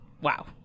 wow